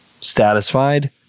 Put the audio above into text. Satisfied